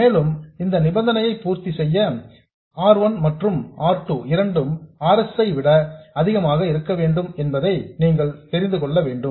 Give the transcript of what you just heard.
மேலும் இந்த நிபந்தனையைப் பூர்த்தி செய்ய R 1 மற்றும் R 2 இரண்டும் R s ஐ விட அதிகமாக இருக்க வேண்டும் என்பதை நீங்கள் தெரிந்து கொள்ள வேண்டும்